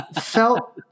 felt